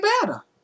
better